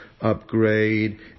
upgrade